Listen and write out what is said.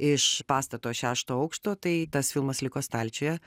iš pastato šešto aukšto tai tas filmas liko stalčiuje